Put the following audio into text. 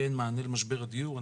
כן מענה למשבר הדיור.